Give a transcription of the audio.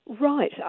Right